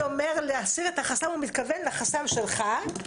כשיאיר לפיד אומר 'להסיר את החסם' הוא מתכוון לחסם שלך,